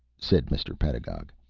said mr. pedagog.